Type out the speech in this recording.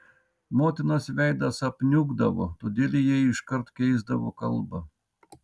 motinos veidas apniukdavo todėl jie iškart keisdavo kalbą